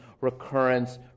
recurrence